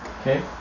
Okay